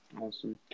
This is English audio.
Awesome